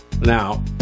Now